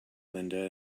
linda